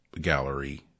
gallery